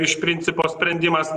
iš principo sprendimas